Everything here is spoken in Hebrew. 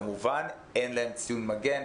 כמובן שאין להם ציון מגן,